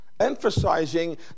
Emphasizing